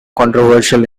controversial